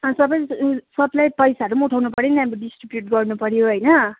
अब सबै सबलाई पैसाहरू पनि उठाउनुपऱ्यो नि अब डिस्ट्रिब्युट गर्नुपऱ्यो हैन